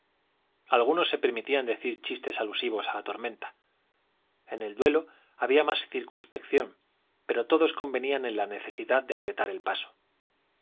algunos se permitían decir chistes alusivos a la tormenta en el duelo había más circunspección pero todos convenían en la necesidad de apretar el paso